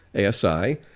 ASI